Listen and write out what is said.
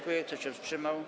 Kto się wstrzymał?